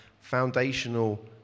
foundational